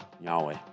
Yahweh